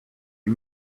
you